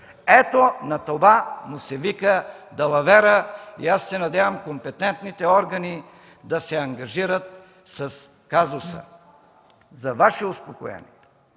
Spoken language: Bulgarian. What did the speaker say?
Ето на това му се вика далавера! И аз се надявам компетентните органи да се ангажират с казуса (реплики